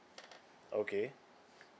okay